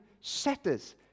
setters